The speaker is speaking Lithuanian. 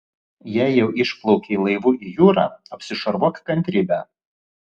jei jau išplaukei laivu į jūrą apsišarvuok kantrybe